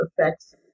affects